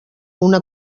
una